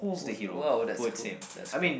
who's !wow! that's cool that's cool